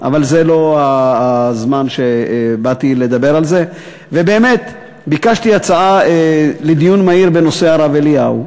והוא עולה לאין שיעור על ההצעות לסדר-היום,